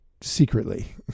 secretly